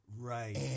Right